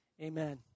amen